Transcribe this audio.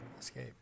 Escape